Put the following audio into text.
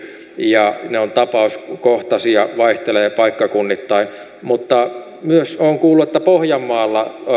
ja ne ovat tapauskohtaisia vaihtelevat paikkakunnittain mutta myös olen kuullut että pohjanmaalla